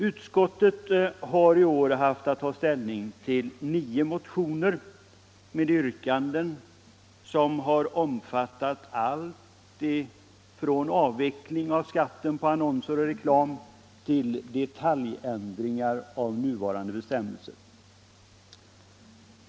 Utskottet har i år haft att ta ställning till nio motioner med yrkanden, som har omfattat allt från en avveckling av skatten på annonser och reklam till detaljändringar av nuvarande bestämmelser.